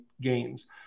games